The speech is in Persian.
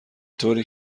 طوری